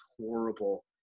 horrible